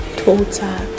total